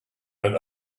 but